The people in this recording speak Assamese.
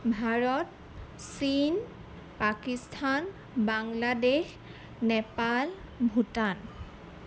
ভাৰত চীন পাকিস্তান বাংলাদেশ নেপাল ভূটান